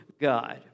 God